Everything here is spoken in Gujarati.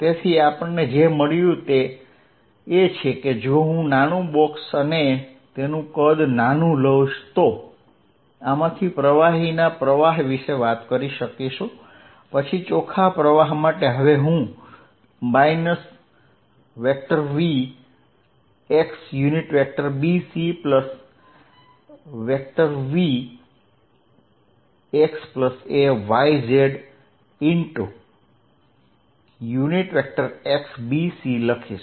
તેથી આપણને જે મળ્યું તે એ છે કે જો હું નાનું બોક્ષ અને તેનું નાનું કદ લઈશ તો અને આમાંથી પ્રવાહીના પ્રવાહ વિશે વાત કરીશ પછી ચોખ્ખા પ્રવાહ માટે હવે હું v x bcv xayz x bc લખીશ